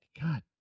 God